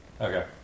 Okay